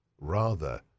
Rather